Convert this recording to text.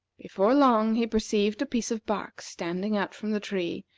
before long he perceived a piece of bark standing out from the tree,